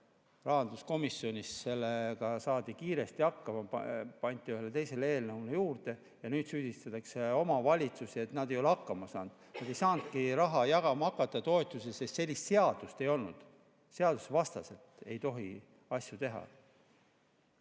rahanduskomisjonis saadi sellega kiiresti hakkama, see pandi ühele teisele eelnõule juurde, ning nüüd süüdistatakse omavalitsusi, et nad ei ole hakkama saanud. Nad ei saanudki hakata raha ja toetusi jagama, sest sellist seadust ei olnud. Seadusvastaselt ei tohi asju teha.